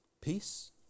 Peace